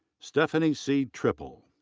stephanie c. trippel.